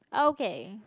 okay